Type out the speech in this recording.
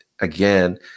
again